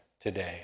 today